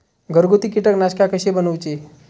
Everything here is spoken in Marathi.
घरगुती कीटकनाशका कशी बनवूची?